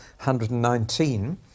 119